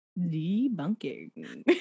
Debunking